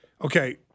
Okay